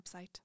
website